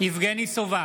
יבגני סובה,